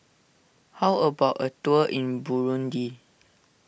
how about a tour in Burundi